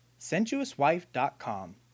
SensuousWife.com